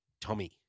Tommy